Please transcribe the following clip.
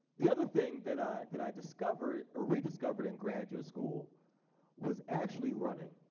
the other thing that i that i discovered or rediscovered in graduate school was actually running.